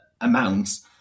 amounts